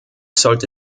sollte